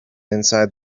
inside